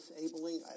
disabling